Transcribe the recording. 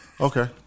Okay